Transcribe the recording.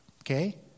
okay